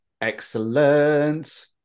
excellent